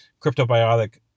cryptobiotic